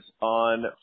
on